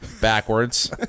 backwards